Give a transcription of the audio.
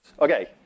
Okay